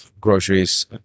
groceries